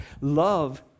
love